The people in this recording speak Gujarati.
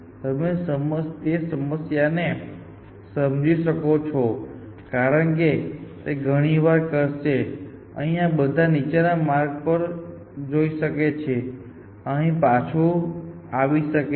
તમે તે સમસ્યા ને સમજી શકો છો કારણ કે તે ઘણી વાર કરશે તે અહીં આ નીચે ના માર્ગ પર જઈ શકે છે તે અહીં પાછું આવી શકે છે